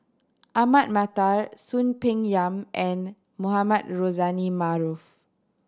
Ahmad Mattar Soon Peng Yam and Mohamed Rozani Maarof